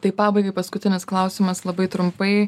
tai pabaigai paskutinis klausimas labai trumpai